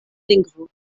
lingvo